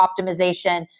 optimization